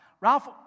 Ralph